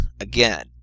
again